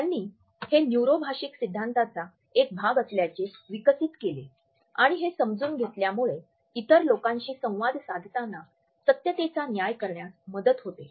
त्यांनी हे न्यूरो भाषिक सिद्धांताचा एक भाग असल्याचे विकसित केले आणि हे समजून घेतल्यामुळे इतर लोकांशी संवाद साधताना सत्यतेचा न्याय करण्यास मदत होते